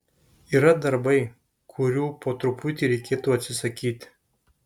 yra darbai kurių po truputį reikėtų atsisakyti